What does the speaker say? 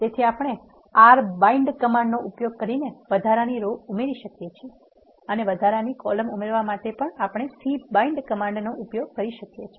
તેથી આપણે r bind કમાન્ડનો ઉપયોગ કરીને વધારાની રો ઉમેરી શકીએ છીએ અને વધારાની કોલમ ઉમેરવા માટે આપણે c bind કમાન્ડ વાપરી શકીએ છીએ